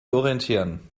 orientieren